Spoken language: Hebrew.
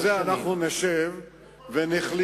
על זה אנחנו נשב ונחליף.